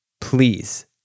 please